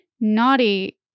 naughty